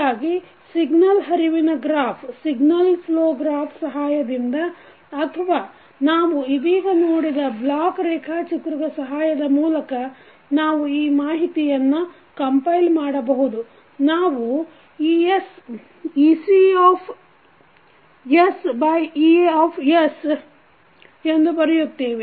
ಹೀಗಾಗಿ ಸಿಗ್ನಲ್ ಹರಿವಿನ ಗ್ರಾಫ್ ಸಹಾಯದಿಂದ ಅಥವಾ ನಾವು ಇದೀಗ ನೋಡಿದ ಬ್ಲಾಕ್ ರೇಖಾಚಿತ್ರದ ಸಹಾಯದ ಮೂಲಕ ನಾವು ಈ ಮಾಹಿತಿಯನ್ನು ಕಂಪೈಲ್ ಮಾಡಬಹುದು ನಾವು EcE ಎಂದು ಬರೆಯುತ್ತೇವೆ